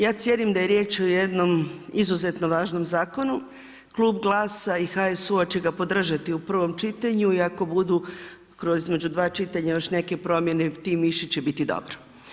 Ja cijenim da je riječ o jednom izuzetno važnom zakonu, klub GLAS-a i HSU-a će ga podržati u prvo čitanju i ako budu između dva čitanja još neke promjene tim više će biti dobro.